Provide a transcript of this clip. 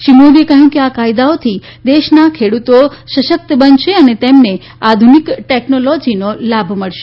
શ્રી મોદીએ કહ્યું કે આ કાયદાઓથી દેશના ખેડૂતો સશક્ત બનશે અને તેમને આધુનિક ટેકનોલોજીનો લાભ મળશે